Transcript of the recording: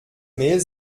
mel